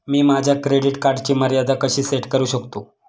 मी माझ्या क्रेडिट कार्डची मर्यादा कशी सेट करू शकतो?